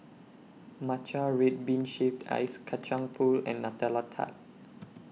Matcha Red Bean Shaved Ice Kacang Pool and Nutella Tart